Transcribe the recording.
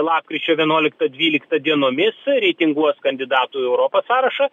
lapkričio vienuoliktą dvyliktą dienomis reitinguos kandidatų į europą sąrašą